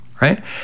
Right